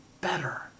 better